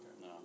no